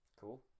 Cool